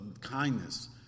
kindness